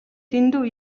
дэндүү